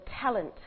talent